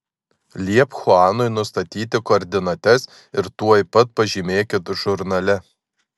liepk chuanui nustatyti koordinates ir tuoj pat pažymėkit žurnale